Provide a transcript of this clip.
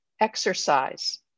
exercise